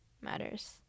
matters